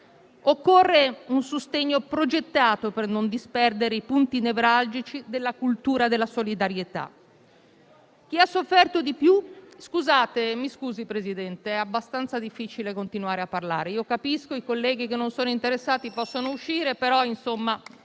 Occorre un sostegno progettato per non disperdere i punti nevralgici della cultura della solidarietà.